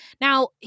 Now